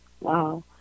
Wow